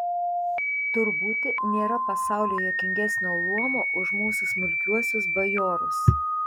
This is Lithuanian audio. tur būti nėra pasaulyje juokingesnio luomo už mūsų smulkiuosius bajorus